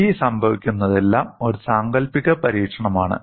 ഈ സംഭവിക്കുന്നതെല്ലാം ഒരു സാങ്കൽപ്പിക പരീക്ഷണമാണ്